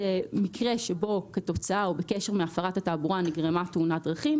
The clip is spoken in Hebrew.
מקרה שבו כתוצאה או בקשר מהפרת התעבורה נגרמה תאונת דרכים.